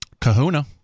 Kahuna